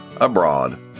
abroad